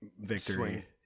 victory